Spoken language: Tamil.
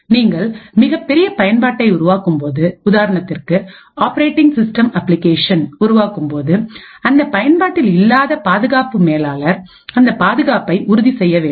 நீங்கள் மிகப்பெரிய பயன்பாட்டை உருவாக்கும்போதுஉதாரணத்திற்கு ஆப்பரேட்டிங் சிஸ்டம் அப்ளிகேஷன் உருவாக்கும்போது அந்த பயன்பாட்டில் இல்லாத பாதுகாப்பு மேலாளர் அந்த பாதுகாப்பை உறுதி செய்ய வேண்டும்